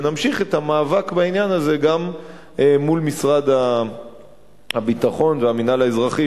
ונמשיך את המאבק בעניין הזה גם מול משרד הביטחון והמינהל האזרחי,